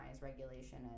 regulation